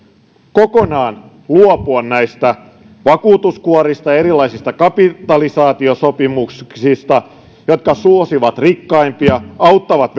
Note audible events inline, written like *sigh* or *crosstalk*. kokonaan luopua näistä vakuutuskuorista ja erilaisista kapitalisaatiosopimuksista jotka suosivat rikkaimpia auttavat *unintelligible*